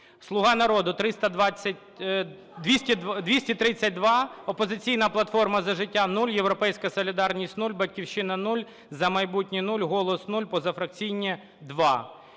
"Слуга народу" – 232, "Опозиційна платформа – За життя" – 0, "Європейська солідарність "– 0, "Батьківщина" – 0, "За майбутнє" – 0, "Голос" – 0, позафракційні – 2.